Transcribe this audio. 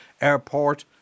airport